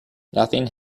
nothing